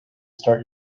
start